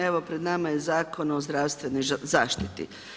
Evo, pred nama je Zakon o zdravstvenoj zaštiti.